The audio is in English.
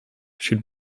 should